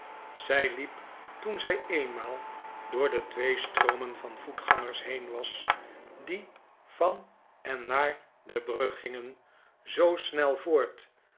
zij liep toen zij eenmaal door de twee stroomen van voetgangers heen was die van en naar de brug gingen zoo snel voort